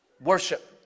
worship